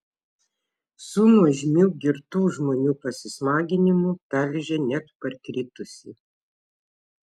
su nuožmiu girtų žmonių pasismaginimu talžė net parkritusį